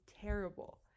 terrible